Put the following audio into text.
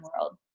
world